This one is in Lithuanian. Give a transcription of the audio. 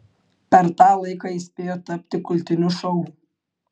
per tą laiką jis spėjo tapti kultiniu šou